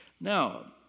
Now